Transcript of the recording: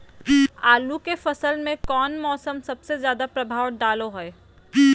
आलू के फसल में कौन मौसम सबसे ज्यादा प्रभाव डालो हय?